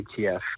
ETF